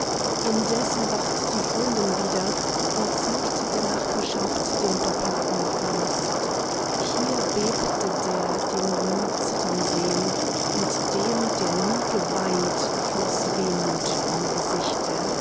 indes erwacht die freundin wieder und zeigt der nachbarschaft den doppelten verlust hier bebte der den man nie zittern sehn und dem der nie geweint floß wehmut vom gesichte